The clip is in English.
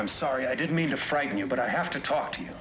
i'm sorry i didn't mean to frighten you but i have to talk to you